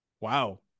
Wow